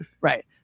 Right